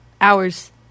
hours